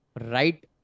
right